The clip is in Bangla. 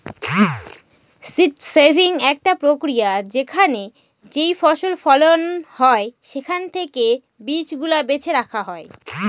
সীড সেভিং একটা প্রক্রিয়া যেখানে যেইফসল ফলন হয় সেখান থেকে বীজ গুলা বেছে রাখা হয়